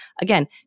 again